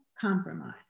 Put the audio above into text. compromise